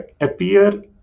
appear